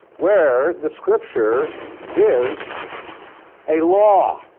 where the scripture gives a law